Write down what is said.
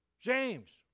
James